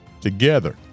Together